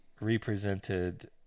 represented